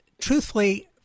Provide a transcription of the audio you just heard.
truthfully